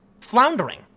floundering